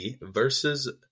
versus